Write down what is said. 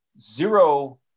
zero